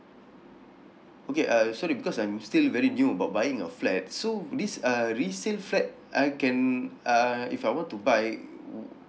okay uh sorry because I'm still very new about buying a flat so this uh resale flat I can uh if I want to buy wou~